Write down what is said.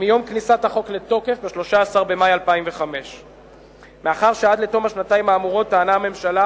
מיום כניסת החוק לתוקף ב-13 במאי 2005. מאחר שבתום השנתיים האמורות טענה הממשלה